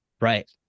right